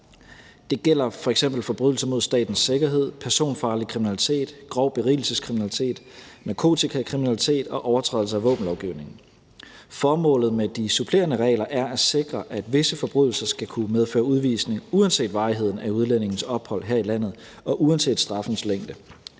Det gælder f.eks. forbrydelser mod statens sikkerhed, personfarlig kriminalitet, grov berigelseskriminalitet, narkotikakriminalitet og overtrædelse af våbenlovgivningen. Formålet med de supplerende regler er at sikre, at visse forbrydelser skal kunne medføre udvisning uanset varigheden af udlændingens ophold her i landet og uanset straffens længde.